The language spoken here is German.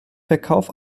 verkauf